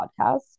podcast